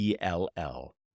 ELL